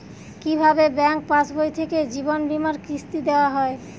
কি ভাবে ব্যাঙ্ক পাশবই থেকে জীবনবীমার কিস্তি দেওয়া হয়?